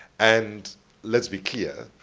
and let's be clear,